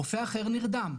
רופא אחר נרדם,